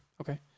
Okay